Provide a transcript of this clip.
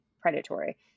predatory